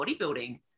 bodybuilding